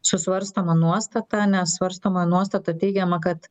su svarstoma nuostata nes svarstoma nuostata teigiama kad